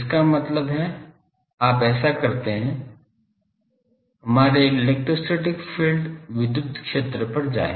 इसका मतलब है आप ऐसा करते हैं हमारे इलेक्ट्रोस्टैटिक फील्ड विद्युत क्षेत्र पर जाएं